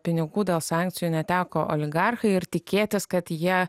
pinigų dėl sankcijų neteko oligarchai ir tikėtis kad jie